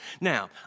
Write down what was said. now